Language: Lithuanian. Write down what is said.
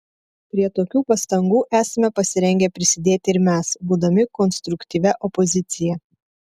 prie tokių pastangų esame pasirengę prisidėti ir mes būdami konstruktyvia opozicija